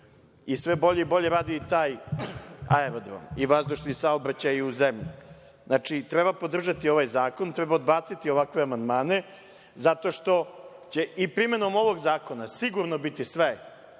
i sve bolje i bolje radi taj aerodrom i vazdušni saobraćaj u zemlji. Znači, treba podržati ovaj zakon, treba odbaciti ovakve amandmane zato što će i primernom ovog zakona sigurno biti sve